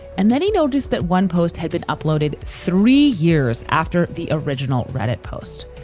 and then he noticed that one post had been uploaded three years after the original reddit post.